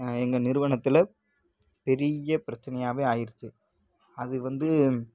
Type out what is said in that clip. எங்கள் நிறுவனத்தில் பெரிய பிரச்சனையாவே ஆகிருச்சு அது வந்து